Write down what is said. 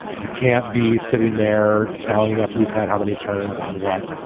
you can't be sitting there tallying up who's had how many turns on what.